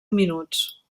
minuts